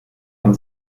von